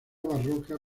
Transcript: barroca